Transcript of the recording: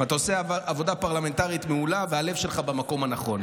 אתה עושה עבודה פרלמנטרית מעולה והלב שלך במקום הנכון.